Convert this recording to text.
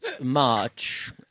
March